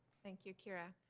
thank you, kira.